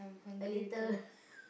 a little